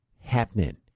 happening